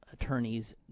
attorneys